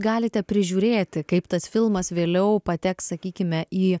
galite prižiūrėti kaip tas filmas vėliau pateks sakykime į